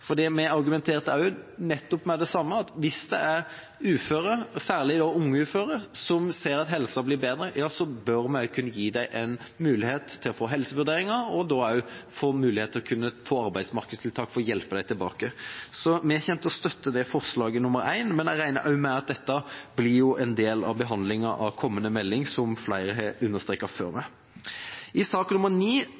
år tilbake. Vi argumenterte nettopp med det samme, at hvis det er uføre, særlig unge uføre, som ser at helsa blir bedre, så bør vi kunne gi dem mulighet til å få helsevurdering og til å kunne få arbeidsmarkedstiltak for å hjelpe dem tilbake. Vi kommer til å støtte forslag nr. 1, men jeg regner med, som flere før meg har understreket, at dette blir en del av behandlinga av